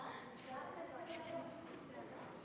עברה בקריאה ראשונה וחוזרת לוועדת החוקה,